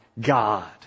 God